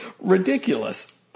ridiculous